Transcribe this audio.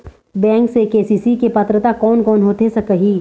Bank से KCC के पात्रता कोन कौन होथे सकही?